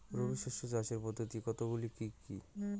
রবি শস্য চাষের পদ্ধতি কতগুলি কি কি?